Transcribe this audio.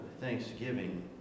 thanksgiving